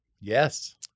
Yes